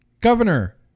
governor